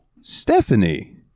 Stephanie